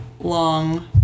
long